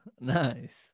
Nice